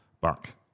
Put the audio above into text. back